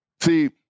See